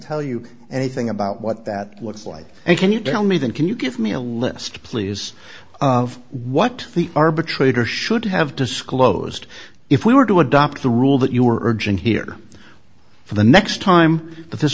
tell you anything about what that looks like and can you tell me then can you give me a list please of what the arbitrator should have disclosed if we were to adopt the rule that you were urging here for the next time that this